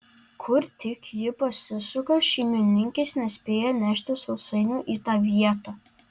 kur tik ji pasisuka šeimininkės nespėja nešti sausainių į tą vietą